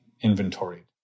inventory